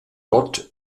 gott